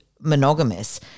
monogamous